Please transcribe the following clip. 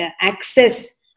access